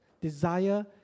desire